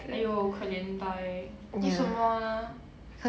!aiyo! 可怜 dai 为什么呢